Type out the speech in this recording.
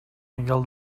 miquel